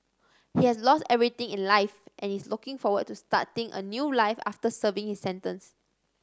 he has lost everything in life and is looking forward to starting a new life after serving his sentence